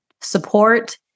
support